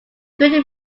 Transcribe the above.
greatly